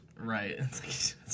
right